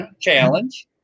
challenge